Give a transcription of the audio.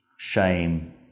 shame